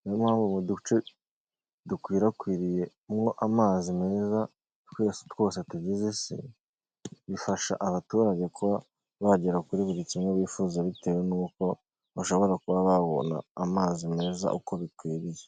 Niyo mpamvu mu duce dukwirakwiriyemo amazi meza twose twose tugize isi bifasha abaturage kuba bagera kuri buri kimwe bifuza bitewe n'uko bashobora kuba babona amazi meza uko bikwiriye.